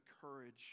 courage